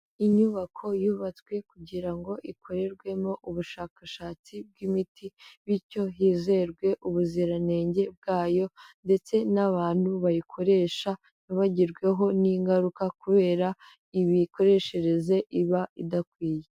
Inyubako yubatswe kugira ngo ikorerwemo ubushakashatsi bw'imiti, bityo hizerwe ubuziranenge bwayo ndetse n'abantu bayikoresha ntibagerweho n'ingaruka kubera imikoreshereze iba idakwiye.